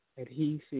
Adhesive